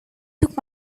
took